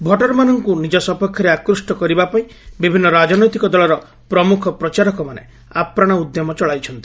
ଭୋଟ୍ରମାନଙ୍କୁ ନିଜ ସପକ୍ଷରେ ଆକୃଷ୍ଟ କରିବା ପାଇଁ ବିଭିନ୍ନ ରାଜନୈତିକ ଦଳର ପ୍ରମୁଖ ପ୍ରଚାରକମାନେ ଆପ୍ରାଣ ଉଦ୍ୟମ ଚଳାଇଛନ୍ତି